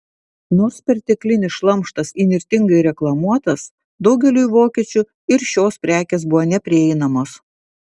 nors perteklinis šlamštas įnirtingai reklamuotas daugeliui vokiečių ir šios prekės buvo neprieinamos